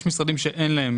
יש משרדים שאין להם